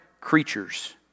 creatures